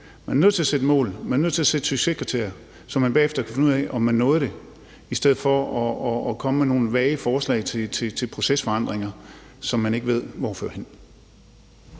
Man er nødt til at sætte mål, og man er nødt til at sætte succeskriterier, så man bagefter kan finde ud af, om man nåede det, i stedet for at komme med nogle vage forslag til procesforandringer, som man ikke ved hvor fører hen.